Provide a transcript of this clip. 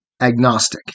agnostic